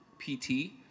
PT